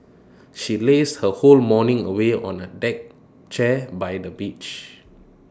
she lazed her whole morning away on A deck chair by the beach